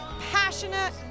passionate